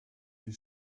die